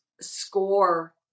Score